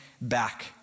back